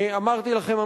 שאמרתי לכם,